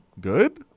good